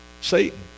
Satan